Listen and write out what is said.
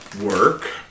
work